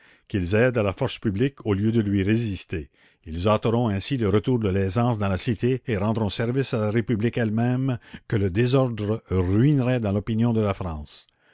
qu'ils aident à la force publique au lieu de lui résister ils hâteront ainsi le retour de l'aisance dans la cité et rendront service à la république elle-même que le désordre ruinerait dans l'opinion de la france